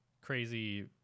crazy